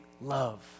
love